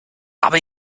aber